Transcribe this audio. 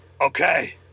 Okay